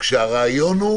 כשהרעיון הוא